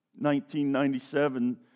1997